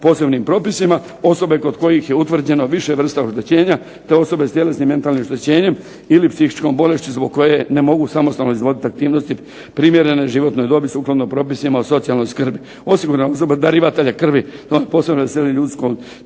posebnim propisima, osobe kod kojih je utvrđeno više vrsta oštećenja te osobe s tjelesnim, mentalnim oštećenjem ili psihičkom bolešću zbog koje ne mogu samostalno izvoditi aktivnosti primjerene životnoj dobi sukladno propisima o socijalnom skrbi, osiguranog darivatelja krvi … /Govornik se ne